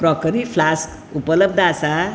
crockery flask उपलब्ध आसा